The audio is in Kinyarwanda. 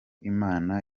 imana